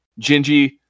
Gingy